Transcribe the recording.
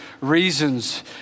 reasons